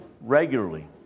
regularly